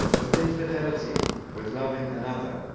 with infidelity, with loving another,